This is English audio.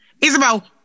Isabel